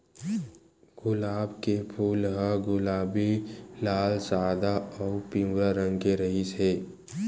गुलाब के फूल ह गुलाबी, लाल, सादा अउ पिंवरा रंग के रिहिस हे